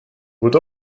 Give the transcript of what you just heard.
would